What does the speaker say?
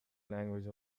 language